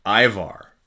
Ivar